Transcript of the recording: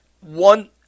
one